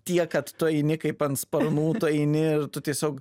tiek kad tu eini kaip ant sparnų tu eini ir tu tiesiog